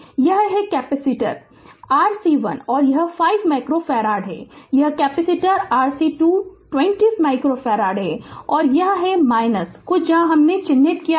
तो यह है कैपेसिटर RC1 यह 5 माइक्रोफ़ारड है यह कैपेसिटर RC2 20 माइक्रोफ़ारड है और यह है कुछ जहाँ हमने चिह्नित किया है